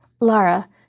Lara